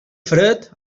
fred